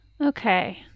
Okay